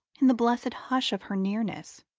in the blessed hush of her nearness.